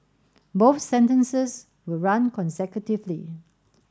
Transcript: both sentences will run consecutively